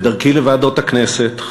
בדרכי לוועדות הכנסת,